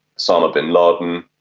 osama bin laden,